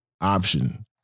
option